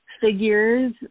figures